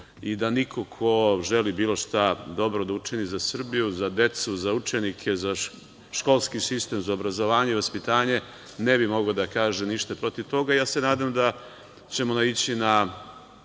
i da niko ko želi bilo šta dobro da učini za Srbiju, za decu, za učenike, za školski sistem, za obrazovanje i vaspitanje, ne bi mogao da kaže ništa protiv toga. Nadam se da ćemo naići na